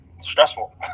stressful